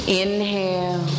inhale